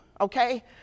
okay